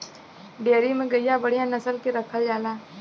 dairy में गइया बढ़िया नसल के रखल जाला